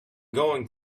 going